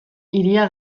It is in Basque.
hiria